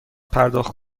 پرداخت